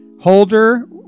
holder